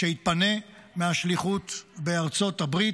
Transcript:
כשיתפנה מהשליחות בארצות הברית,